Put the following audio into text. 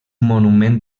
monument